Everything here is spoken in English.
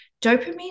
dopamine